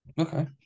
Okay